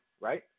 right